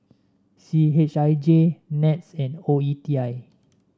C H I J NETS and O E T I